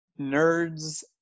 nerds